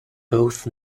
both